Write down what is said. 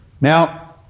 Now